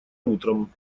утром